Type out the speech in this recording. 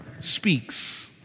speaks